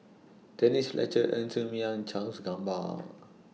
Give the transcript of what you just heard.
Denise Fletcher Ng Ser Miang Charles Gamba